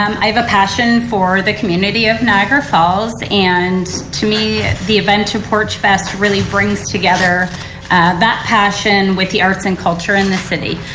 um i have a passion for the community of niagra falls and to me the event of porchfest really brings together that passion with the arts and culture in the city.